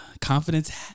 Confidence